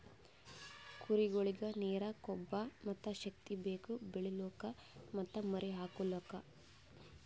ಕುರಿಗೊಳಿಗ್ ನೀರ, ಕೊಬ್ಬ ಮತ್ತ್ ಶಕ್ತಿ ಬೇಕು ಬೆಳಿಲುಕ್ ಮತ್ತ್ ಮರಿ ಹಾಕಲುಕ್